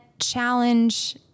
challenge